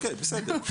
אוקיי, בסדר.